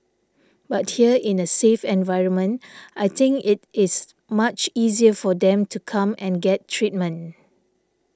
but here in a safe environment I think it is much easier for them to come and get treatment